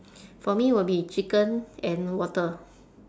for me will be chicken and water